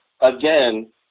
again –